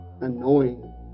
annoying